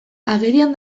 agerian